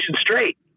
straight